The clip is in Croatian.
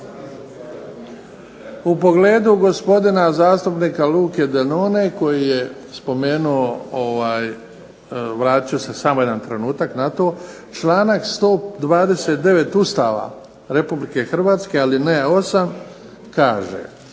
U pogledu gospodina zastupnika Luke Denone koji je spomenuo, vratit ću se samo jedan trenutak na to, članak 129. Ustava RH alineja 8. kaže,